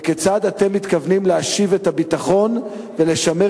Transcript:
וכיצד אתם מתכוונים להשיב את הביטחון ולשמר